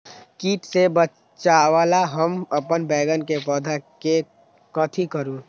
किट से बचावला हम अपन बैंगन के पौधा के कथी करू?